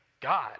God